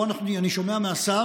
פה אני שומע מהשר